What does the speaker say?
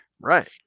Right